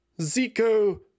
Zico